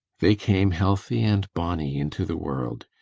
they came healthy and bonny into the world.